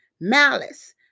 malice